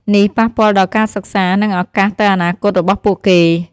នេះប៉ះពាល់ដល់ការសិក្សា និងឱកាសទៅអនាគតរបស់ពួកគេ។